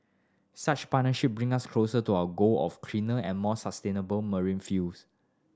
such partnership bring us closer to our goal of cleaner and more sustainable marine fuels